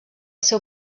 seu